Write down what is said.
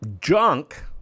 junk